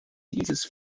dieses